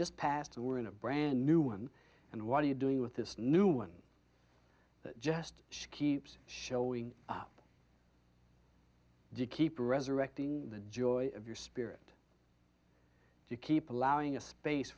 just passed and we're in a brand new one and what are you doing with this new one that just keeps showing up do you keep resurrecting the joy of your spirit if you keep allowing a space